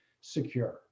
secure